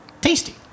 tasty